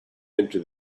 into